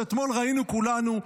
שאתמול ראינו כולנו,